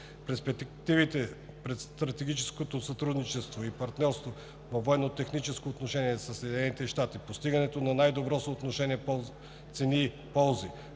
перспективите пред стратегическото сътрудничество и партньорство и военно-техническото сътрудничество със Съединените щати, постигането на най-добро съотношение цени-ползи,